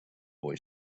boy